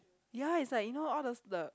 ya is like you know all those the